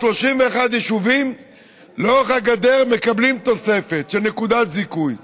31 יישובים לאורך הגדר מקבלים תוספת של נקודת זיכוי,